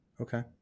Okay